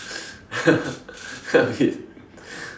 a bit